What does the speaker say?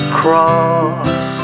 cross